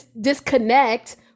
disconnect